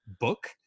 book